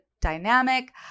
dynamic